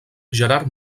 gerard